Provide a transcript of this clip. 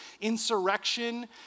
insurrection